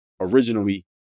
originally